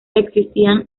existían